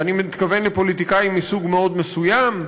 ואני מתכוון לפוליטיקאים מסוג מאוד מסוים,